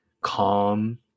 calm